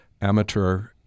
amateur